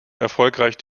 erfolgreich